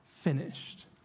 finished